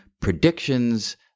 predictions